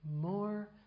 more